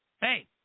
Hey